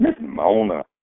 Mona